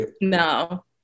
no